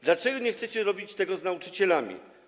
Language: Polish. Dlaczego nie chcecie robić tego z nauczycielami?